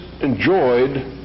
enjoyed